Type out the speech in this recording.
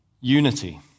unity